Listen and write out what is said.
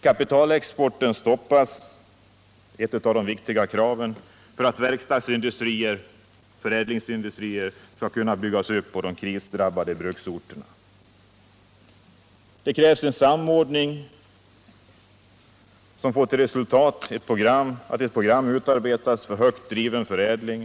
Kapitalexporten måste stoppas — ett av de viktiga kraven — för att verkstadsindustrier, förädlingsindustrier, skall kunna byggas upp på de krisdrabbade bruksorterna. Det krävs en samordning som får till resultat att ett program utarbetas för högt driven förädling.